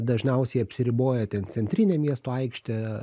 dažniausiai apsiriboja ten centrine miesto aikšte